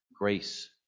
Grace